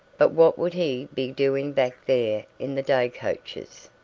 but what would he be doing back there in the daycoaches?